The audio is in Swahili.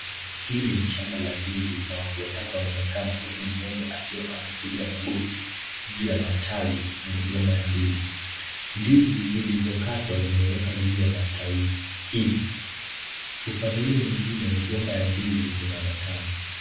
Hili ni shamba la ndizi na watu tatu wameonekana huku moja akiwa amepiga magoti juu ya matawi ya migomba ya ndizi. Ndizi zilizokatwa zimewekwa juu ya matawi hii, kwa upande ule mwingine migomba ya ndizi inaonekana.